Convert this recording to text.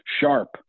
sharp